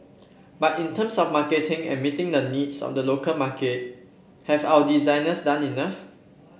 but in terms of marketing and meeting the needs of the local market have our designers done enough